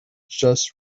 just